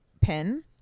pin